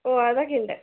ഓഹ് അതൊക്കെ ഉണ്ട്